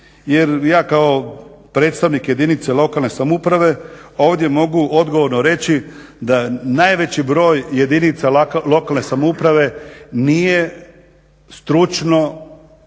Jer ja kao predstavnik jedinice lokalne samouprave ovdje mogu odgovorno reći da najveći broj jedinica lokalne samouprave nije stručno